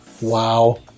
Wow